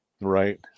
right